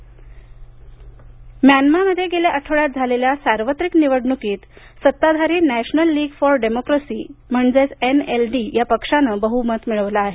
Myanmar निवडणुक म्यानमारमध्ये गेल्या आठवड्यात झालेल्या सार्वत्रिक निवडणुकीत सत्ताधारी नॅशनल लीग फॉर डेमोक्रसी म्हणजेच एनएलडी या पक्षानं बह्मत मिळवलं आहे